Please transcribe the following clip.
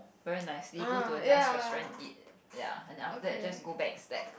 wear nicely go to a nice restaurant eat ya and after that just go back slack